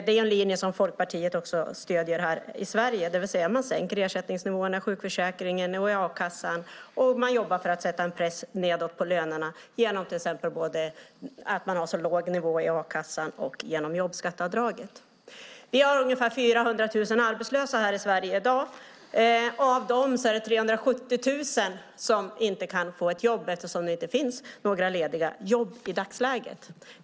Det är en linje som Folkpartiet också stöder här i Sverige, det vill säga att man sänker ersättningsnivåerna i sjukersättningen och a-kassan och jobbar för att sätta en press nedåt på lönerna genom till exempel att både ha låg nivå i a-kassan och jobbskatteavdraget. Vi har ungefär 400 000 arbetslösa i Sverige i dag. Av dem är det 370 000 som inte kan få ett jobb eftersom det inte finns några lediga jobb i dagsläget.